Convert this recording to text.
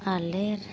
ᱟᱞᱮ